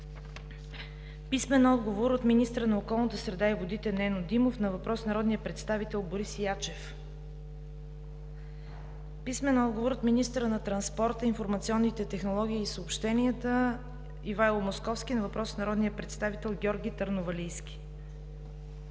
Писмен отговор от: - министъра на околната среда и водите Нено Димов на въпрос от народния представител Борис Ячев; - министъра на транспорта, информационните технологии и съобщенията Ивайло Московски на въпрос от народния представител Георги Търновалийски;